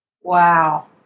Wow